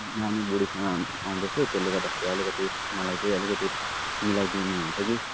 नानी बुडीसँग आउँदैछु त्यसले गर्दाखेरि अलिकति मलाई चाहिँ अलिकति मिलाइदिनुहुन्छ कि